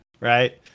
right